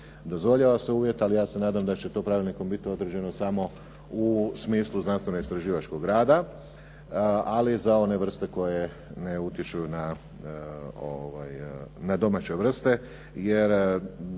Dozvoljava se uvjet, ali se ja nadam da će to pravilnikom biti određeno samo u smislu znanstveno istraživačkog rada, ali za one vrste koje ne utječu na domaće vrste.